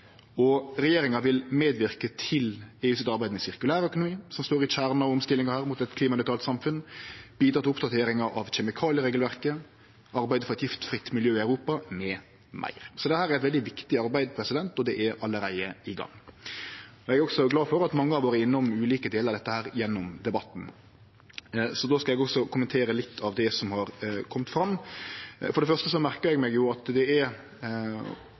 Regjeringa vil medverke til EUs arbeid med sirkulærøkonomi, som står i kjernen av omstillinga mot eit klimanøytralt samfunn. Vi vil bidra til oppdatering av kjemikalieregelverket, arbeide for eit giftfritt miljø i Europa, m.m. Dette er eit veldig viktig arbeid, og det er allereie i gang. Eg er også glad for at mange har vore innom ulike delar av dette gjennom debatten, og no skal eg kommentere litt av det som har kome fram. For det første merkar eg meg at det er,